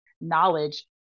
knowledge